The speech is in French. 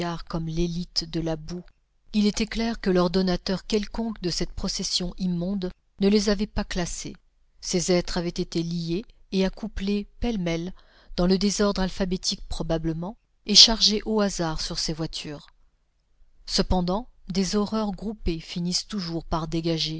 comme l'élite de la boue il était clair que l'ordonnateur quelconque de cette procession immonde ne les avait pas classés ces êtres avaient été liés et accouplés pêle-mêle dans le désordre alphabétique probablement et chargés au hasard sur ces voitures cependant des horreurs groupées finissent toujours par dégager